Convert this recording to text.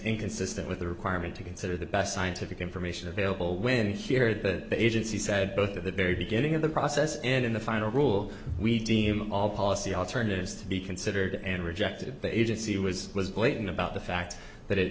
inconsistent with the requirement to consider the best scientific information available when here the agency said both of the very beginning of the process and in the final rule we deem all policy alternatives to be considered and rejected the agency was was blatant about the fact that it